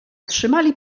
trzymali